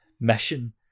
mission